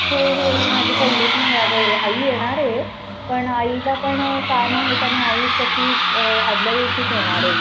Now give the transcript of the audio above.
हो हो ही माझी पहिलीच मंगळागौर आहे आई येणार आहे पण आईला पण काम आहे त्यामुळे आई तशी आदल्या दिवशीच येणार आहे